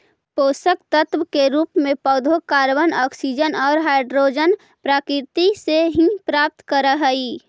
पोषकतत्व के रूप में पौधे कॉर्बन, ऑक्सीजन और हाइड्रोजन प्रकृति से ही प्राप्त करअ हई